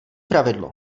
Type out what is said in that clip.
pravidlo